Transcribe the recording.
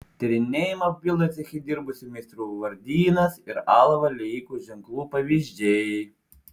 tyrinėjimą papildo ceche dirbusių meistrų vardynas ir alavo liejikų ženklų pavyzdžiai